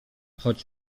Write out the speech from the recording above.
choć